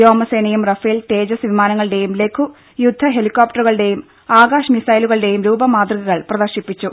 വ്യോമസേനയും Rafale Tejas വിമാനങ്ങളുടെയും ലഘു യുദ്ധ ഹെലിക്കോപ്റ്ററുകളുടെയും ആകാശ് മിസൈലുകളുടെയും രൂപമാതൃകകൾ പ്രദർശിപ്പിച്ചു